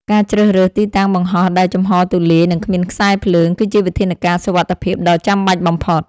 ការជ្រើសរើសទីតាំងបង្ហោះដែលចំហរទូលាយ និងគ្មានខ្សែភ្លើង គឺជាវិធានការសុវត្ថិភាពដ៏ចាំបាច់បំផុត។